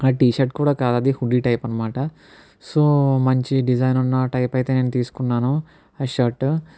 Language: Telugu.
ఆ టీ షర్ట్ కూడా కాదది హుడీ టైప్ అనమాట సో మంచి డిజైన్ ఉన్న టైప్ అయితే నేను తీసుకున్నాను ఆ షర్ట్